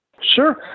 Sure